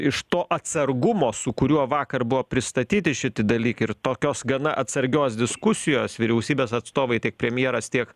iš to atsargumo su kuriuo vakar buvo pristatyti šiti dalykai ir tokios gana atsargios diskusijos vyriausybės atstovai tiek premjeras tiek